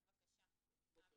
בבקשה, אבי.